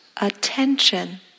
attention